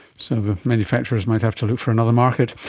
so the manufacturers might have to look for another market.